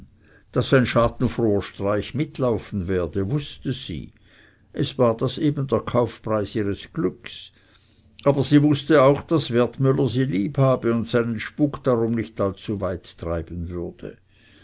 daß ein schadenfroher streich mitlaufen werde wußte sie es war das eben der kaufpreis ihres glückes aber sie wußte auch daß wertmüller sie liebhabe und seinen spuk darum nicht allzu weit treiben würde